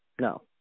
no